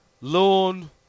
loan